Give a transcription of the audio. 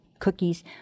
Cookies